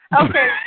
Okay